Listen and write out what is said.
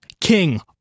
King